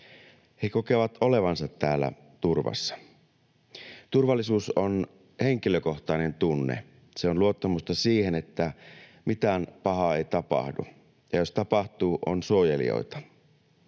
He kokevat olevansa täällä turvassa. Turvallisuus on henkilökohtainen tunne. Se on luottamusta siihen, että mitään pahaa ei tapahdu, ja jos tapahtuu, on suojelijoita.